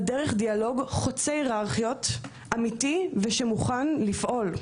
דרך דיאלוג אמיתי חוצה היררכיות שמוכן לפעול.